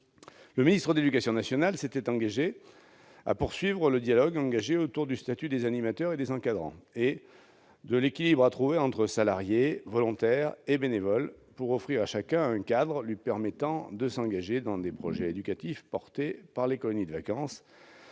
Le ministre de l'éducation nationale s'était engagé à poursuivre le dialogue amorcé autour du statut des animateurs et des encadrants et de l'équilibre à trouver entre salariés, volontaires et bénévoles pour offrir à chacun un cadre lui permettant de s'investir dans des projets éducatifs portés par les colonies de vacances,